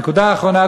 הנקודה האחרונה,